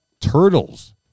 turtles